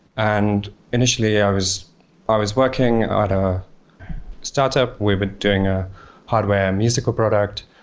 and initially i was i was working ah at a startup. we've been doing ah hardware and musical product,